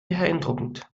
beeindruckend